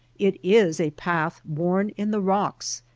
it is a path worn in the rocks,